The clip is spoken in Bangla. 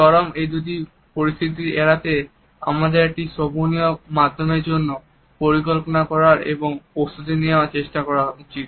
চরম এই দুটি পরিস্থিতি এড়াতে আমাদের একটি শোভনীয় মাধ্যমের জন্য পরিকল্পনা করার এবং প্রস্তুতি নেওয়ার চেষ্টা করা উচিত